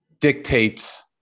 dictates